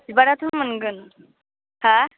बिबाराथ' मोनगोन हा